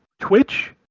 Twitch